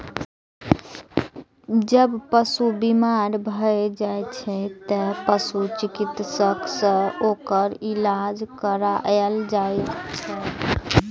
जब पशु बीमार भए जाइ छै, तें पशु चिकित्सक सं ओकर इलाज कराएल जाइ छै